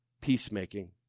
peacemaking